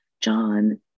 John